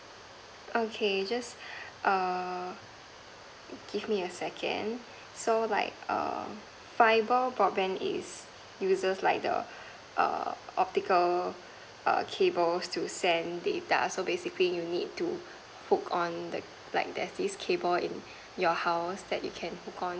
okay just err give me a second so like err fiber broadband is uses like the err optical err cable to send data so basically you need to put on the like there's cable in your house that you can put on